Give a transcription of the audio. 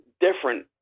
different